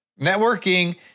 Networking